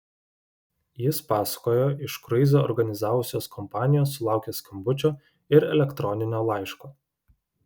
jis pasakojo iš kruizą organizavusios kompanijos sulaukęs skambučio ir elektroninio laiško